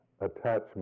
attachment